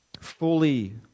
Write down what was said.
fully